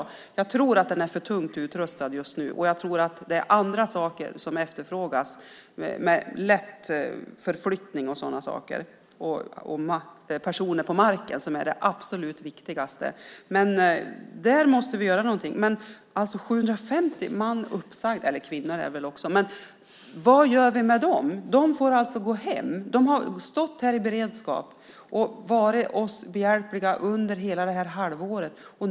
Men den är för tungt utrustad just nu. Det är andra saker som efterfrågas, som lätt förflyttning och sådana saker och personer på marken. Det är det absolut viktigaste. Där måste vi göra någonting. Vad gör vi med de 750 män och också kvinnor som är uppsagda? De har stått i beredskap men får alltså gå hem. De har varit oss behjälpliga under hela halvåret.